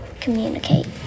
communicate